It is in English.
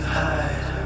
hide